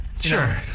sure